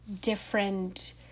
different